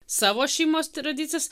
savo šeimos tradicijas